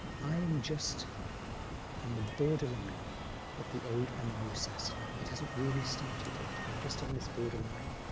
i am just on the borderline of the old and the new sasana. it hasn't really started yet. i'm just on this borderline.